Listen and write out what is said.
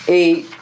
eight